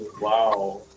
Wow